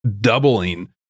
doubling